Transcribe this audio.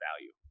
value